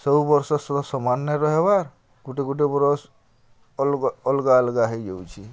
ସବୁ ବର୍ଷ ସେଟା ସମାନ୍ ନାଇ ରହେବାର୍ ଗୁଟେ ଗୁଟେ ବରଷ୍ ଅଲ୍ଗା ଅଲ୍ଗା ହେଇଯାଉଛେ